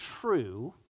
true